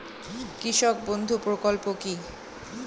কৃষক বন্ধু প্রকল্প কি?